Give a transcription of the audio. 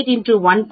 58 x 1